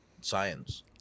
science